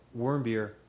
Wormbeer